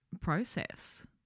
process